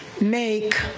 make